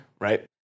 right